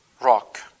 rock